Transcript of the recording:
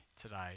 today